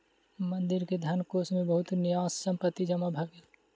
मंदिर के धनकोष मे बहुत न्यास संपत्ति जमा भ गेल